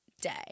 day